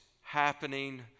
happening